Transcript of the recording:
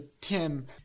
Tim